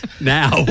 now